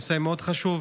נושא מאוד חשוב.